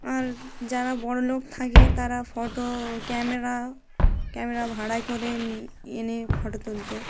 আর যারা বড়লোক থাকে তারা ফটো ক্যামেরা ক্যামেরা ভাড়ায় করে নিয়ে এনে ফটো তুলত